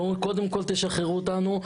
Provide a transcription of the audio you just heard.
קודם כול תשחררו אותנו,